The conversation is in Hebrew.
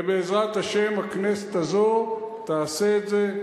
ובעזרת השם הכנסת הזאת תעשה את זה,